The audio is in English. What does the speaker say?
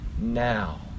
now